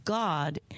God